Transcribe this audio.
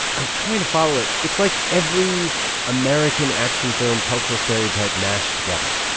i'm trying to follow it. it's like every american action film cultural stereotype mashed together.